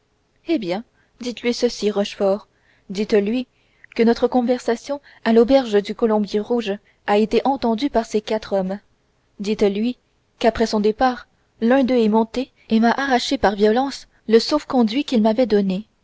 eh bien dites-lui ceci rochefort dites-lui que notre conversation à l'auberge du colombier rouge a été entendue par ces quatre hommes dites-lui qu'après son départ l'un d'eux est monté et m'a arraché par violence le sauf-conduit qu'il m'avait donné